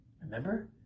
remember